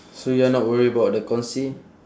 so you are not worried about the conse~